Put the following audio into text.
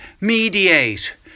mediate